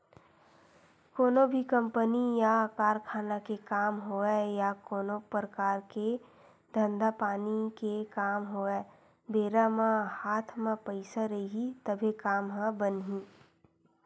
कोनो भी कंपनी या कारखाना के काम होवय या कोनो परकार के धंधा पानी के काम होवय बेरा म हात म पइसा रइही तभे काम ह बनही